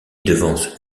devance